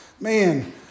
Man